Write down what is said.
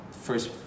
First